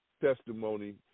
testimony